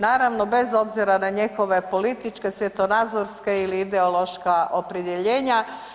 Naravno bez obzira na njihove političke, svjetonazorske ili ideološka opredjeljenja.